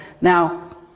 Now